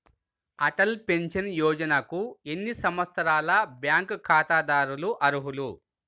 Atal pension యోజనకు ఎన్ని సంవత్సరాల బ్యాంక్ ఖాతాదారులు అర్హులు?